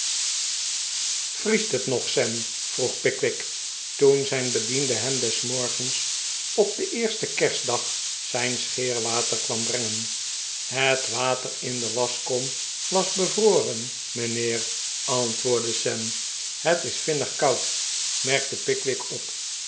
vriest het nog sam vroeg pickwick toen zijn bediende hem des morgens op den eersten kerstdag zijn scheerwater kwam brengen het water in de waschkom was bevroren mijnheer antwoordde sam het is vinnig koud merkte pickwick op